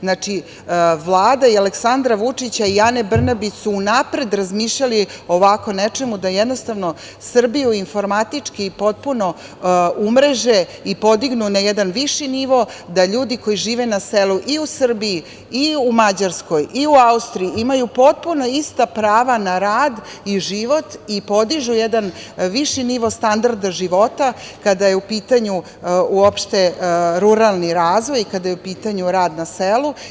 Znači, Vlada Aleksandra Vučića i Ane Brnabić su unapred razmišljali o ovako nečemu da jednostavno Srbiju informatički i potpuno umreže i podignu na jedan viši nivo, da ljudi koji žive na selu i u Srbiji i u Mađarskoj i u Austriji imaju potpuno ista prava na rad i život i podižu jedan viši nivo standarda života kada je u pitanju uopšte ruralni razvoj i kada je u pitanju rad na selu.